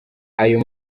ayo